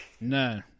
no